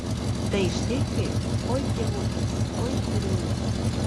tai štai kaip oi tėvukas oi tyrėjas